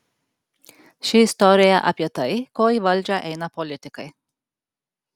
ši istorija apie tai ko į valdžią eina politikai